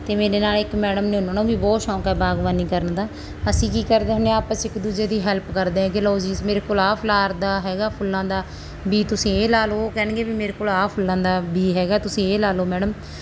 ਅਤੇ ਮੇਰੇ ਨਾਲ ਇੱਕ ਮੈਡਮ ਨੇ ਉਹਨਾਂ ਨੂੰ ਵੀ ਬਹੁਤ ਸ਼ੌਕ ਹੈ ਬਾਗਬਾਨੀ ਕਰਨ ਦਾ ਅਸੀਂ ਕੀ ਕਰਦੇ ਹੁੰਦੇ ਹਾਂ ਆਪਸ 'ਚ ਇੱਕ ਦੂਜੇ ਦੀ ਹੈਲਪ ਕਰਦੇ ਹੈਗੇ ਲਓ ਜੀ ਮੇਰੇ ਕੋਲ ਆਹ ਫਲਾਰ ਦਾ ਹੈਗਾ ਫੁੱਲਾਂ ਦਾ ਵੀ ਤੁਸੀਂ ਇਹ ਲਾ ਲਓ ਉਹ ਕਹਿਣਗੇ ਵੀ ਮੇਰੇ ਕੋਲ ਆਹ ਫੁੱਲਾਂ ਦਾ ਵੀ ਹੈਗਾ ਤੁਸੀਂ ਇਹ ਲਾ ਲਓ ਮੈਡਮ